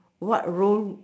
what role